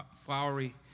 flowery